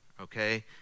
okay